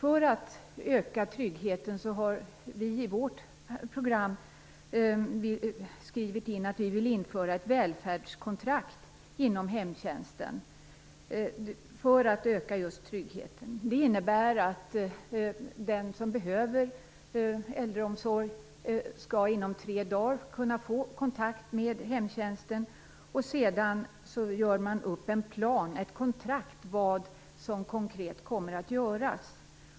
Vi har i vårt program skrivit in att vi vill införa ett välfärdskontrakt inom hemtjänsten för att öka tryggheten. Det innebär att den som behöver äldreomsorg inom tre dagar skall kunna få kontakt med hemtjänsten, och sedan gör man upp en plan, ett kontrakt, för vad som konkret kommer att göras.